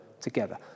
together